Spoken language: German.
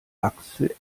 axel